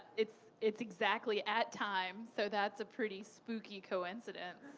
it's it's exactly at time, so that's a pretty spooky coincidence.